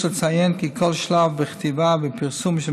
יש לציין כי כל שלב בכתיבה ובפרסום של